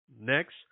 next